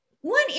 one